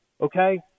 Okay